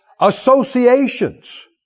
Associations